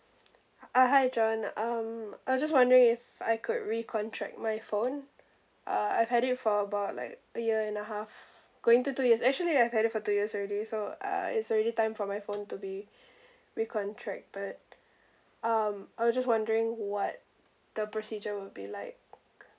uh hi john um I just wondering if I could re-contract my phone uh I've had it for about like a year and a half going to do is actually have it for two years already so uh it's already time for my phone to be re-contracted um I just wondering what the procedure will be like